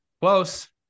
Close